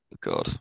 God